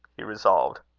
he resolved.